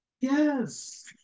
Yes